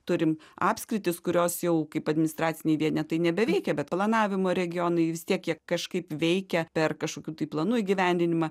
turim apskritis kurios jau kaip administraciniai vienetai nebeveikia bet planavimo regionai vis tiek jie kažkaip veikia per kažkokių tai planų įgyvendinimą